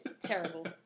Terrible